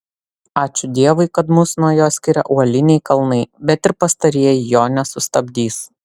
ačiū dievui kad mus nuo jo skiria uoliniai kalnai bet ir pastarieji jo nesustabdys